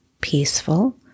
peaceful